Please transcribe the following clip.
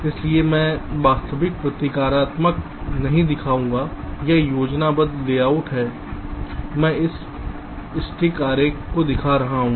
इसलिए मैं वास्तविक प्रतीकात्मक नहीं दिखाऊंगा यह योजनाबद्ध लेआउट मैं इस स्टिक आरेख को दिखा रहा हूं